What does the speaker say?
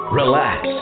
relax